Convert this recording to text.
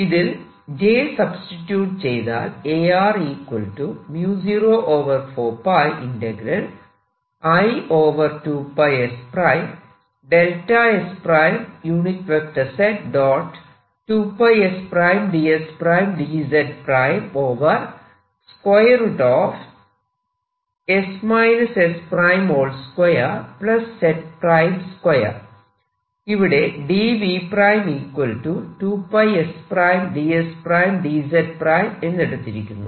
ഇതിൽ j substitute ചെയ്താൽ ഇവിടെ dV 2 s ds dz എന്നെടുത്തിരിക്കുന്നു